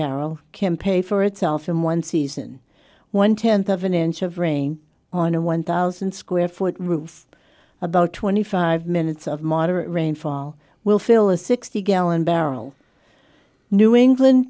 barrel cam pay for itself in one season one tenth of an inch of rain on a one thousand square foot roofs about twenty five minutes of moderate rainfall will fill a sixty gallon barrel new england